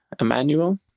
Emmanuel